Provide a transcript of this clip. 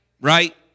Right